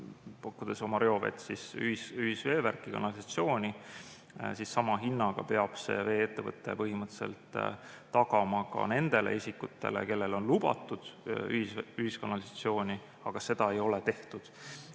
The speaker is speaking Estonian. pakkudes oma reovett ühisveevärki ja -kanalisatsiooni, sama hinnaga peab see vee-ettevõtte põhimõtteliselt tagama ka nendele isikutele, kellele on lubatud ühiskanalisatsiooni, aga seda ei ole tehtud.